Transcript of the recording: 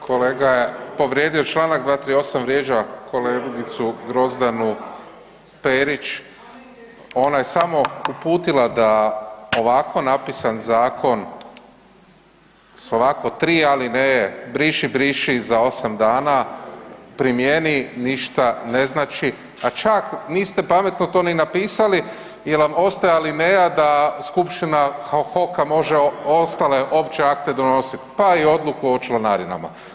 Pa kolega je povrijedio Članak 238., vrijeđao kolegicu Grozdanu Perić, ona je samo uputila da ovako napisan zakon s ovako 3 ali ne briši, briši za 8 dana primjeni ništa ne znači, a čak niste pametno to ni napisali jer vam ostaje alineja da skupština HOK-a može ostale opće alte donosit pa i odluku o članarinama.